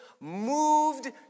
moved